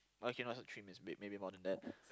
okay not say three minutes break maybe more than that